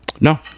No